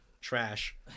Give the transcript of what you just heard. trash